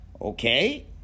Okay